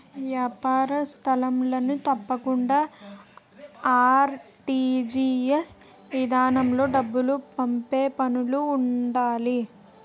ఏపార సంస్థలన్నీ తప్పకుండా ఆర్.టి.జి.ఎస్ ఇదానంలో డబ్బులు పంపే పనులో ఉండాలి